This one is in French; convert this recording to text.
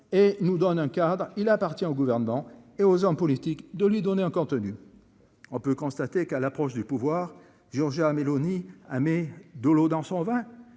et nous donne un cadre, il appartient au gouvernement et aux hommes politiques, de lui donner encore tenue. On peut constater qu'à l'approche du pouvoir Giorgia ah Meloni, hein, mais de l'eau dans son vin